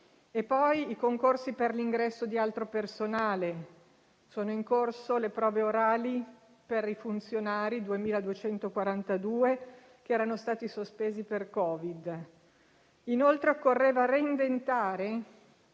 e poi i concorsi per l'ingresso di altro personale (sono in corso le prove orali per 2.242 funzionari che erano state sospese per Covid). Inoltre, occorreva reinventare